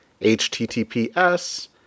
https